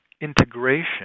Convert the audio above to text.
integration